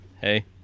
Hey